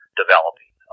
developing